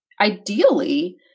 Ideally